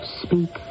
speak